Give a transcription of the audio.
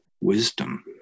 wisdom